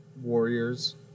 Warriors